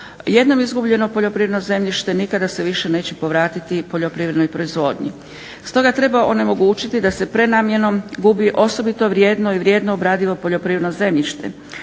Jednom izgubljeno poljoprivredno zemljište nikada se više neće povratiti poljoprivrednoj proizvodnji. Stoga treba onemogućiti da se prenamjenom gubi osobito vrijedno i vrijedno obradivo poljoprivredno zemljište.